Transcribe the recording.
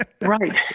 Right